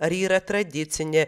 ar ji yra tradicinė